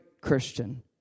Christian